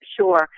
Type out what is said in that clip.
Sure